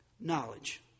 Knowledge